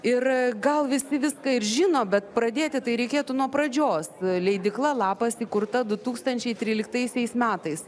ir gal visi viską žino bet pradėti tai reikėtų nuo pradžios leidykla lapas įkurta du tūkstančiai tryliktaisiais metais